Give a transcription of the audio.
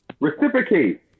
Reciprocate